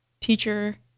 teacher